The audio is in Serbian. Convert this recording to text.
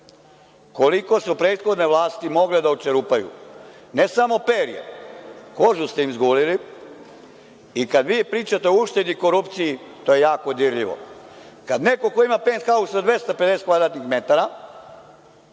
koliko su prethodne vlasti mogle da očerupaju. Ne samo perje, kožu ste im zgulili. I kad vi pričate o uštedi i korupciji, to je jako dirljivo. Kad neko ko ima penthaus sa 250 kvadratnih metara,